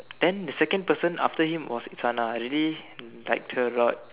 then the second person after him was Isana I really liked her a lot